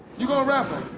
you going to ref